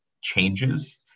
changes